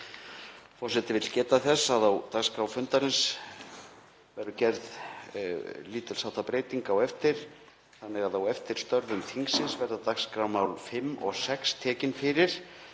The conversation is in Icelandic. Forseti vill geta þess að á dagskrá fundarins verður gerð lítilsháttar breyting á eftir þannig að á eftir störfum þingsins verða 5. og 6. dagskrármál tekin fyrir.